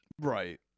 right